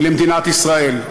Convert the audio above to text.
למדינת ישראל.